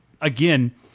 again